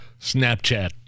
Snapchat